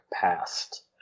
past